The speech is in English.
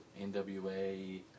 NWA